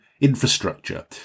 infrastructure